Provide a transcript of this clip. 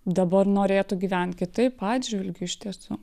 dabar norėtų gyvent kitaip atžvilgiu iš tiesų